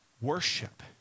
Worship